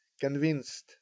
convinced